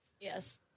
Yes